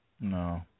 No